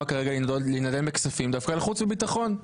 כרגע לידון בכספים דווקא לחוץ וביטחון,